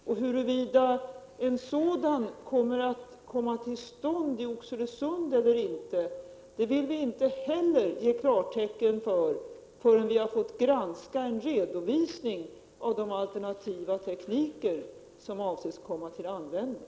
Och huruvida en sådan anläggning skall komma till stånd i Oxelösund eller inte vill vi inte heller ta ställning till förrän vi granskat en redovisning av de alternativa tekniker som avses komma till användning.